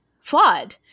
flawed